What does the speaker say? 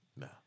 No